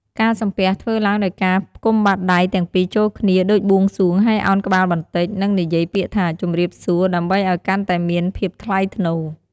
ការសំពះធ្វើឡើងដោយការផ្គុំបាតដៃទាំងពីរចូលគ្នាដូចបួងសួង ហើយឱនក្បាលបន្តិច និងនិយាយពាក្យថា ជម្រាបសួរ ដើម្បីអោយកាន់តែមានភាពថ្លៃថ្នូរ។